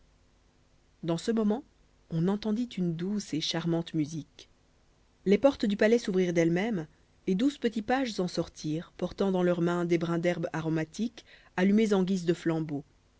dans ce moment on entendit une douce et charmante musique les portes du palais s'ouvrirent d'elles-mêmes et douze petits pages en sortirent portant dans leurs mains des brins d'herbe aromatique allumés en guise de flambeaux